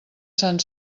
sant